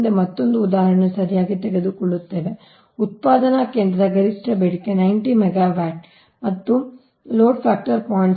ಮುಂದೆ ಮತ್ತೊಂದು ಉದಾಹರಣೆಯನ್ನು ಸರಿಯಾಗಿ ತೆಗೆದುಕೊಳ್ಳುತ್ತದೆ ಉತ್ಪಾದನಾ ಕೇಂದ್ರದ ಗರಿಷ್ಠ ಬೇಡಿಕೆ 90 ಮೆಗಾವ್ಯಾಟ್ ಮತ್ತು ಲೋಡ್ ಫ್ಯಾಕ್ಟರ್ 0